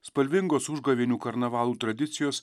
spalvingos užgavėnių karnavalų tradicijos